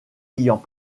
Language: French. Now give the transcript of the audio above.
ayant